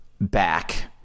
back